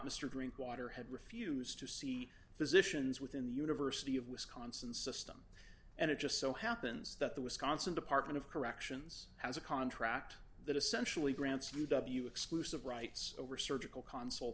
mr drinkwater had refused to see physicians within the university of wisconsin system and it just so happens that the wisconsin department of corrections has a contract that essentially grants u w exclusive rights over surgical console